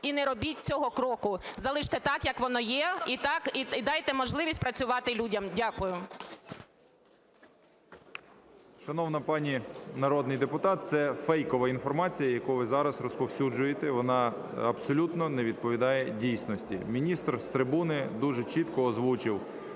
і не робіть цього кроку, залиште так, як воно є, і дайте можливість працювати людям. Дякую.